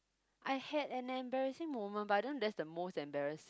I had an embarrassing moment but I don't know that's the most embarrass